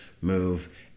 move